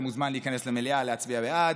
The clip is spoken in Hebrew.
אתה מוזמן להיכנס למליאה להצביע בעד,